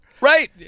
Right